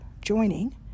joining